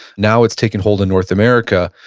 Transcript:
now it's taken hold in north america,